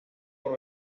por